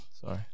Sorry